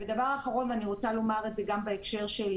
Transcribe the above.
דבר אחרון ואני רוצה לומר את זה גם בהקשר של